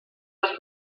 les